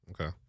Okay